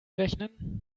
rechnen